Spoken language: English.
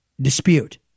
dispute